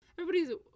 Everybody's